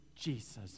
Jesus